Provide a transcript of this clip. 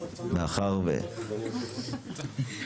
הצבעה אושר.